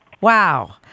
Wow